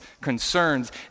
concerns